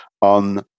on